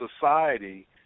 society